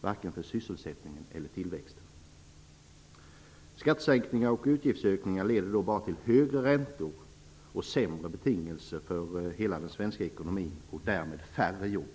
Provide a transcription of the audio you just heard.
varken för sysselsättningen eller för tillväxten. Skattesänkningar och utgiftsökningar leder då bara till högre räntor och sämre betingelser för hela den svenska ekonomin och därmed färre jobb.